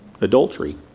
adultery